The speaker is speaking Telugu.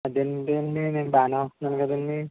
అదేంటండి నేను బాగానే వస్తన్నాను కదండీ